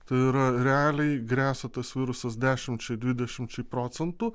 tai yra realiai gresia tas virusas dešimčiai dvidešimčiai procentų